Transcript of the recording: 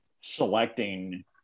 selecting